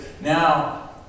now